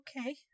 okay